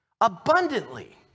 abundantly